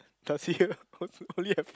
does he have also only have